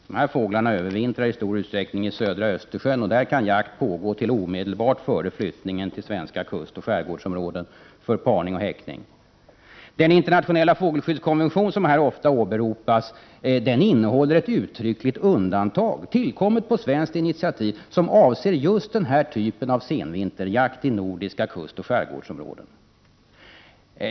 Dessa fåglar övervintrar i stor utsträckning i södra Östersjön. Där kan jakt pågå till omedelbart före flyttningen till svenska kustoch skärgårdsområden för parning och häckning. Den internationella fågelskyddskommission som här ofta åberopas innehåller ett uttryckligt undantag, som tillkommit på svenskt initiativ och som avser just den här typen av senvinterjakt i nordiska kustoch skärgårdsområden.